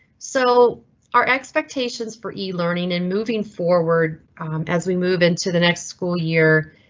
so our expectations for e learning and moving forward as we move into the next school year,